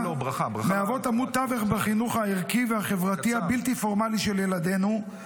מהוות עמוד תווך בחינוך הערכי והחברתי הבלתי פורמלי של ילדינו.